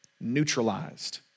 neutralized